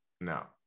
No